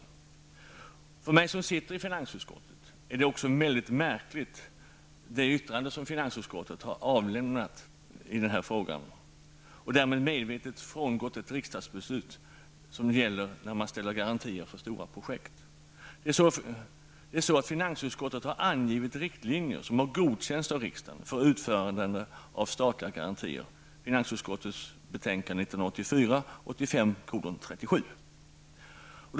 Också för mig som sitter i finansutskottet är det yttrande som finansutskottet har avlämnat i denna fråga mycket märkligt. Därmed har utskottet medvetet frångått ett riksdagsbeslut om att ställa garantier för stora projekt. Finansutskottet har i sitt betänkande 1984/85:37 angivit riktlinjer, som godkänts av riksdagen, för utfärdande av statliga garantier.